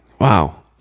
Wow